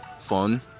fun